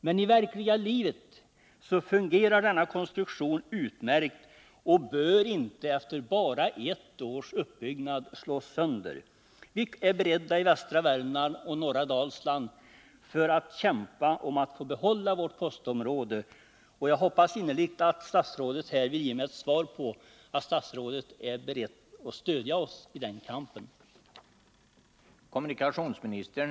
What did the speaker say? Men i verkliga livet fungerar denna konstruktion utmärkt och bör inte efter ett års uppbyggnad slås sönder. Vi som bor i västra Värmland och norra Dalsland är beredda att kämpa för att få behålla vårt postområde. Jag hoppas innerligt att statsrådet här vill ge mig ett besked om att statsrådet är beredd att stödja oss i den kampen.